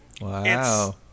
Wow